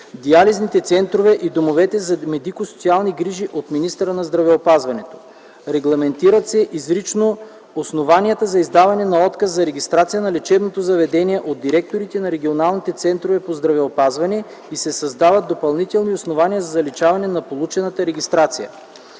диализните центрове и домовете за медико-социални грижи от министъра на здравеопазването. Регламентират се изрично основанията за издаване на отказ за регистрация на лечебното заведение от директорите на регионалните центрове по здравеопазване и се създават допълнителни основания за заличаване на получената регистрация.